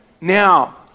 Now